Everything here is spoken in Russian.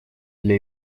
для